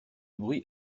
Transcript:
bruit